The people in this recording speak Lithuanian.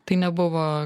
tai nebuvo